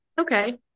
okay